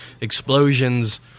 explosions